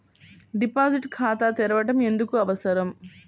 Deposit ఖాతా తెరవడం ఎందుకు అవసరం?